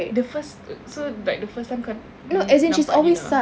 the first so like the first time can you nampak dina